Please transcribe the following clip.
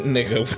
Nigga